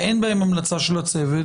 ואין בהן המלצה של הצוות.